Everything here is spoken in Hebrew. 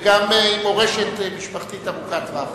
וגם עם מורשת משפחתית ארוכת שנים.